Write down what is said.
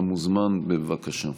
אתה מוזמן, בבקשה.